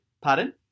Pardon